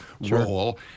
role